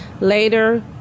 later